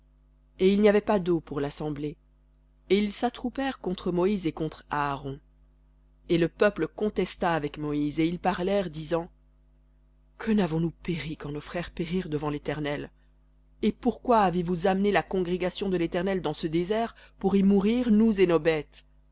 et il n'y avait pas d'eau pour l'assemblée et ils s'attroupèrent contre moïse et contre aaron et le peuple contesta avec moïse et ils parlèrent disant que n'avons-nous péri quand nos frères périrent devant léternel et pourquoi avez-vous amené la congrégation de l'éternel dans ce désert pour y mourir nous